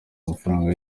amafaranga